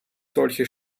solche